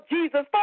Jesus